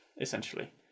essentially